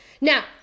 Now